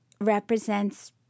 represents